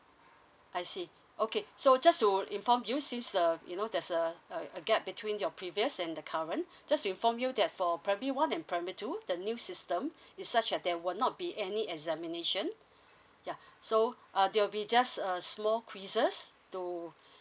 I see okay so just to inform you since the you know there's a a gap between your previous and the current just to inform you that for primary one and primary two the new system is such that there will not be any examination ya so uh they will be just a small quizzes to